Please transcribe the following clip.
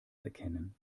erkennen